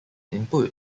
input